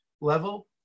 level